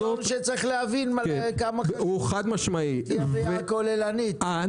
הראשון שצריך להבין בראייה הכוללנית.